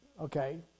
okay